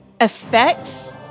effects